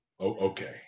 okay